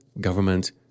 Government